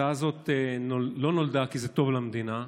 ההצעה הזאת לא נולדה כי זה טוב למדינה,